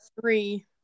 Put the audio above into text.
three